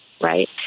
right